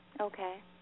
Okay